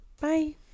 bye